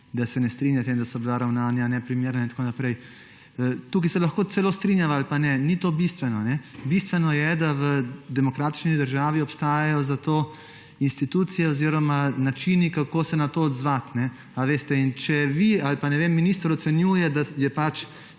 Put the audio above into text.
da se ne strinjate, da so bila ravnanja neprimerna in tako naprej. Tukaj se lahko celo strinjava ali ne, ni to bistveno, bistveno je, da v demokratični državi obstajajo za to institucije oziroma načini, kako se na to odzvati. Če vi ali minister ocenjujete, da je